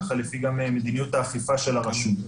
לפי מדיניות האכיפה של הרשות.